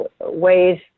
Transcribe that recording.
ways